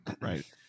right